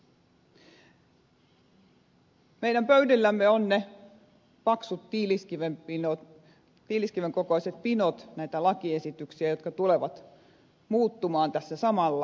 meidän pöydillämme ovat ne paksut tiiliskiven kokoiset pinot näitä lakiesityksiä jotka tulevat muuttumaan tässä samalla